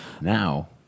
Now